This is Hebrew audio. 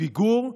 פיגור.